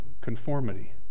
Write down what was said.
conformity